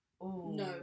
no